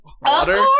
water